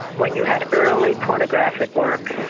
when you had early pornographic works,